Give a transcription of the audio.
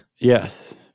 Yes